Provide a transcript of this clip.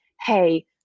hey